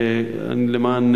למען